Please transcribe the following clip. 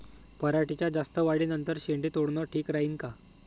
पराटीच्या जास्त वाढी नंतर शेंडे तोडनं ठीक राहीन का?